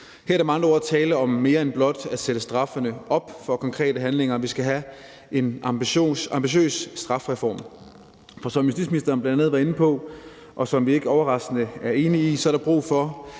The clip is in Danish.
Her er der med andre ord tale om mere end blot at sætte straffene op for konkrete handlinger. Vi skal have en ambitiøs strafreform. For som justitsministeren bl.a. var inde på, hvad vi ikke overraskende er enige i, er der brug for